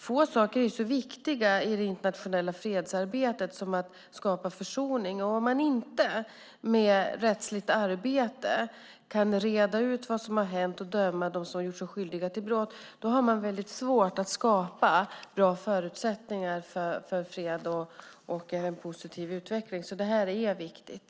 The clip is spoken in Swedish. Få saker är så viktiga i det internationella fredsarbetet som att skapa försoning, och om man inte med rättsligt arbete kan reda ut vad som har hänt och döma dem som gjort sig skyldiga till brott har man väldigt svårt att skapa bra förutsättningar för fred och en positiv utveckling. Detta är alltså viktigt.